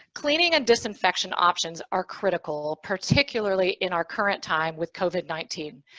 cleaning and disinfection options are critical, particularly in our current time with covid nineteen.